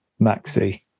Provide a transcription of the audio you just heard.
Maxi